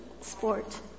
sport